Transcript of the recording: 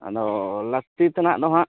ᱚ ᱞᱟᱹᱠᱛᱤ ᱛᱮᱱᱟᱜ ᱫᱚ ᱦᱟᱜ